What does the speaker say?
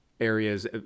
areas